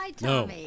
No